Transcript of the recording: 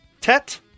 Tet